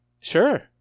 Sure